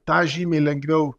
tą žymiai lengviau